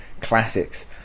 classics